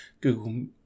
Google